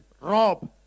Rob